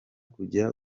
kujya